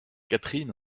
catherine